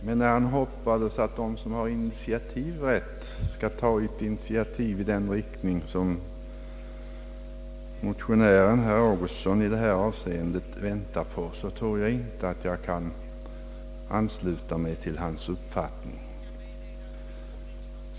Men när han hoppades att de som har initiativrätt skall ta initiativ i den riktning som motionären herr Augustsson i detta avseende väntar på, kan jag inte ansluta mig till hans uppfattning.